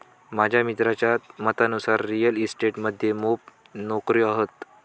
माझ्या मित्राच्या मतानुसार रिअल इस्टेट मध्ये मोप नोकर्यो हत